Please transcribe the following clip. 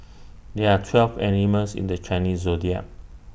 there're twelve animals in the Chinese Zodiac